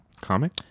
Comic